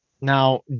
now